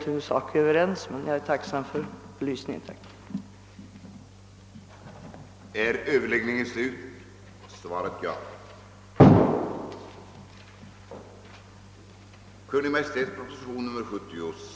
diska rådets svenska delegation, hänvisades skrivelsen, såvitt gällde de under avdelning II i redogörelsen behandlade sakerna, enligt följande: